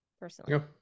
Personally